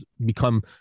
become